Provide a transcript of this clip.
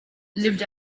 lived